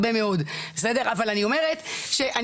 אבל אני רואה את זה גם